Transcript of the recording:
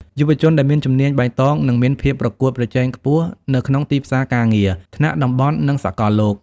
យុវជនដែលមានជំនាញបៃតងនឹងមានភាពប្រកួតប្រជែងខ្ពស់នៅក្នុងទីផ្សារការងារថ្នាក់តំបន់និងសកលលោក។